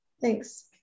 thanks